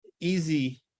easy